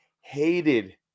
hated